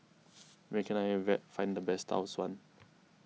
where can I find the best Tau Suan